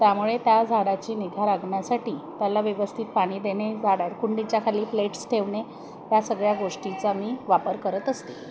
त्यामुळे त्या झाडाची निगा राखण्यासाठी त्याला व्यवस्थित पाणी देणे झाड कुंडीच्याखाली प्लेट्स ठेवणे या सगळ्या गोष्टीचा मी वापर करत असते